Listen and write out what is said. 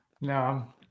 No